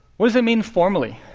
what does it mean formally?